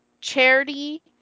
Charity